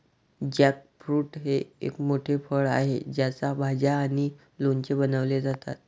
jackfruit हे एक मोठे फळ आहे ज्याच्या भाज्या आणि लोणचे बनवले जातात